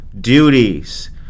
duties